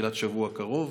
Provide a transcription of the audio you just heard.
בתחילת השבוע הקרוב,